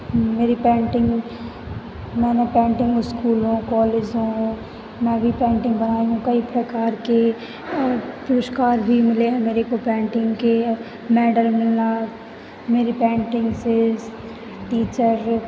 मेरी पेंटिंग मैंने पेंटिंग स्कूलों कॉलेजों में भी पेंटिंग बनाई हूँ कई प्रकार के पुरस्कार भी मिले है मेरे को पेंटिंग के मैडल मिलना मेरी पेंटिंग से टीचर